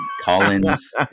Collins